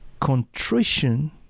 Contrition